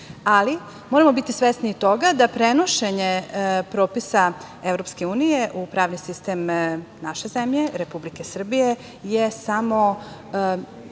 Ali moramo biti svesni toga da prenošenje propisa Evropske unije u pravni sistem naše zemlje Republike Srbije je samo